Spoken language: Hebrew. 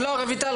לא, רויטל.